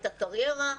את הקריירה,